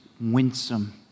winsome